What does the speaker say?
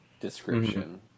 description